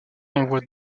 envoie